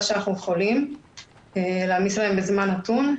שאנחנו יכולים להעמיס עליהם בזמן נתון.